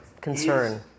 concern